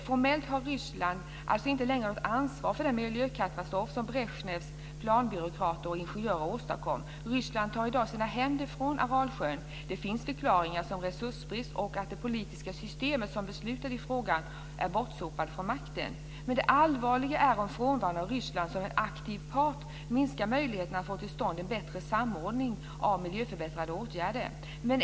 Formellt har Ryssland alltså inte längre något ansvar för den miljökatastrof som Brezjnevs planbyråkrater och ingenjörer åstadkom. Ryssland tar i dag sina händer från Aralsjön. Det finns förklaringar såsom resursbrist och att det politiska system som beslutade i frågan är bortsopat från makten. Men det allvarliga är om frånvaron av Ryssland som en aktiv part minskar möjligheterna att få till stånd en bättre samordning av miljöförbättrande åtgärder.